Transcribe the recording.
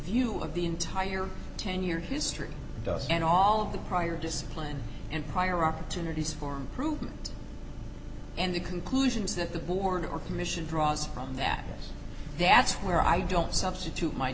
view of the entire ten year history does and all of the prior discipline and prior opportunities for improvement and the conclusions that the board or commission draws from that that's where i don't substitute my